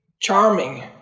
charming